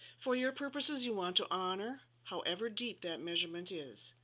for your purposes you want to honor how ever deep that measurement is,